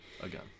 Again